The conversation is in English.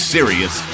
Serious